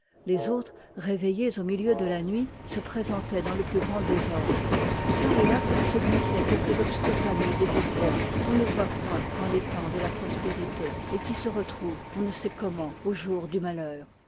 les autres réveillées au milieu de la huit se présentoient dans le plus grand désordre çà et là se glissoient quelques dbscurs amis des bourbons qu'on ne voit point dans les temps de la prospérité et qui se retrouvent on ne sait comment au jour du malheur